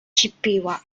chippewa